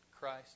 Christ